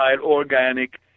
organic